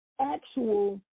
actual